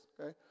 Okay